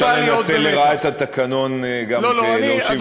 או שאפשר לנצל לרעה את התקנון גם להושיב